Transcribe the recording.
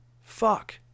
fuck